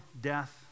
death